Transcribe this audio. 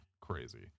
crazy